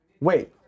Wait